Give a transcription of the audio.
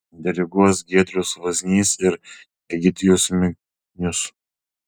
diriguos giedrius vaznys ir egidijus miknius